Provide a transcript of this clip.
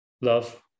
Love